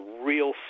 real